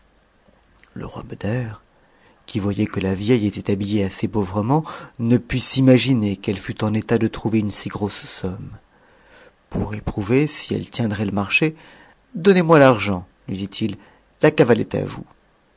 roi beder qui voyait que la vieille était habillée assez pauvrement m ne put s'imaginer qu'elle fût en étatde trouverune si grosse somme pour pnrouver si elle tiendrait le marché donnez-moi l'argent lui dit-il la cavale est à vous